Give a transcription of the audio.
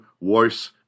worse